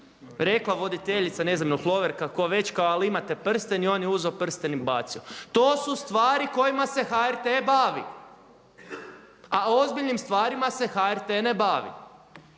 rekla voditeljica, ne znam je li Hloverka ili tko već kao ali imate prsten i on je uzeo prsten i bacio. To su stvari kojima se HRT bavi a ozbiljnim stvarima se HRT ne bavi.